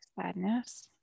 sadness